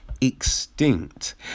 Extinct